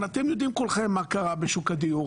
כולכם יודעים מה קרה בשוק הדיור.